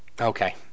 Okay